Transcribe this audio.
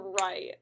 right